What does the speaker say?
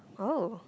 oh